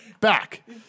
back